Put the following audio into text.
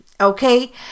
okay